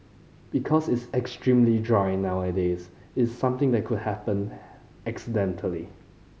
because it's extremely dry nowadays is something that could happened accidentally